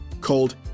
called